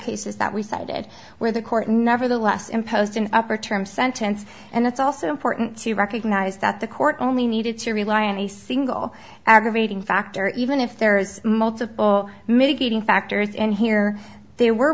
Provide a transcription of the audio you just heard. cases that we cited where the court nevertheless imposed an up or term sentence and it's also important to recognize that the court only needed to rely on a single aggravating factor even if there's multiple mitigating factors and here they were